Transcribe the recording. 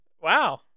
Wow